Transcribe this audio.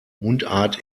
mundart